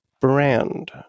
brand